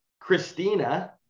Christina